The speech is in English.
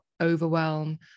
overwhelm